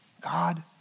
God